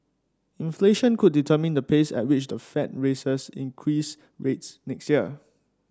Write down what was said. inflation could determine the pace at which the fed raises increase rates next year